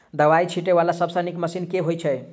दवाई छीटै वला सबसँ नीक मशीन केँ होइ छै?